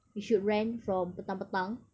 we should rent from petang petang